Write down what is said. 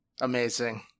Amazing